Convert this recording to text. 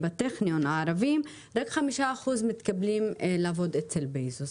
בטכניון הערבים רק חמישה אחוז מתקבלים לעבוד אצל בזוס.